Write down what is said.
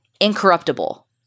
incorruptible